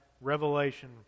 revelation